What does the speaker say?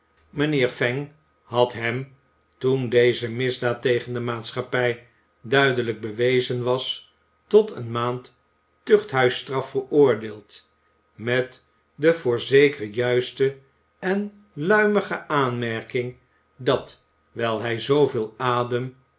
had hem toen deze misdaad tegen de maatschappij duidelijk bewezen was tot een maand tuchthuisstraf veroordeeld met en luimige aanmerking de voor zeker juiste dat wijl hij zooveel adem